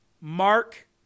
Mark